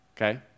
Okay